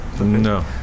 No